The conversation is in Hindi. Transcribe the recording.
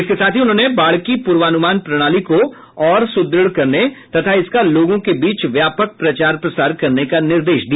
इसके साथ ही उन्होंने बाढ़ की पूर्वानुमान प्रणाली को और सुदृढ़ करने तथा इसका लोगों के बीच व्यापक प्रचार प्रसार करने का निर्देश दिया